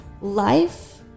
Life